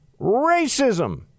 Racism